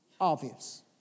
obvious